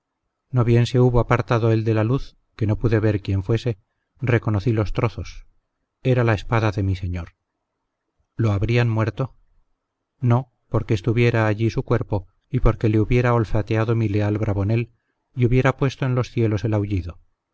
no bien se hubo apartado el de la luz que no pude ver quién fuese reconocí los trozos era la espada de mi señor lo habrían muerto no porque estuviera allí su cuerpo y porque le hubiera olfateado mi leal bravonel y hubiera puesto en los cielos el aullido